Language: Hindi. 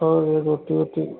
और रोटी वोटी